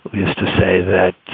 used to say that,